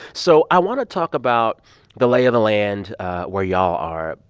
so i want to talk about the lay of the land where y'all are,